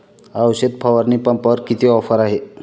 औषध फवारणी पंपावर किती ऑफर आहे?